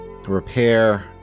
repair